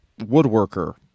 woodworker